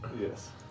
Yes